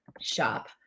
shop